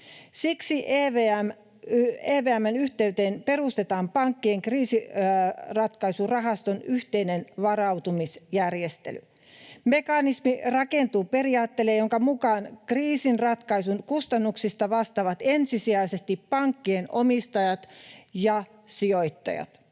Siksi EVM:n yhteyteen perustetaan pankkien kriisinratkaisurahaston yhteinen varautumisjärjestely. Mekanismi rakentuu periaatteelle, jonka mukaan kriisinratkaisun kustannuksista vastaavat ensisijaisesti pankkien omistajat ja sijoittajat.